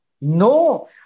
No